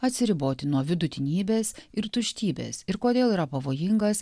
atsiriboti nuo vidutinybės ir tuštybės ir kodėl yra pavojingas